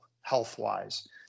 health-wise